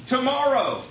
Tomorrow